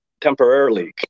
temporarily